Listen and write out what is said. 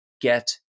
get